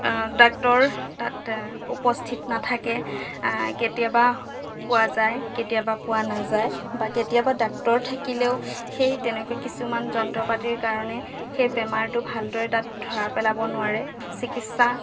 doctor তাত উপস্থিত নাথাকে কেতিয়াবা পোৱা যায় কেতিয়াবা পোৱা নাযায় বা কেতিয়াবা ডাক্তৰ থাকিলেও সেই তেনেকুৱা কিছুমান যন্ত্ৰপাতিৰ কাৰণে সেই বেমাৰটো ভালদৰে তাত ধৰা পেলাব নোৱাৰে চিকিৎসা